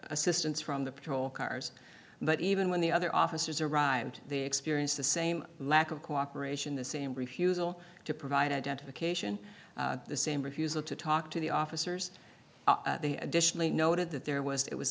assistance from the patrol cars but even when the other officers arrived they experienced the same lack of cooperation the same brief you to provide identification the same refusal to talk to the officers additionally noted that there was it was